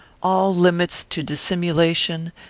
all limits to dissimulation,